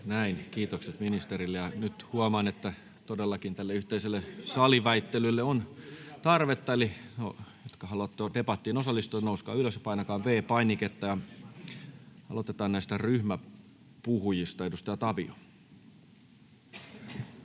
Kiitokset ministerille. Nyt huomaan, että todellakin tälle yhteiselle saliväittelylle on tarvetta, eli te, jotka haluatte debattiin osallistua, nouskaa ylös ja painakaa V-painiketta. — Aloitetaan ryhmäpuhujista. Edustaja Tavio.